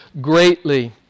greatly